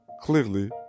clearly